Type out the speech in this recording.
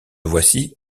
voici